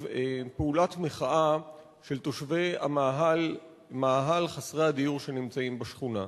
פעולת מחאה של תושבי מאהל חסרי הדיור שנמצאים בשכונה.